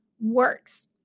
works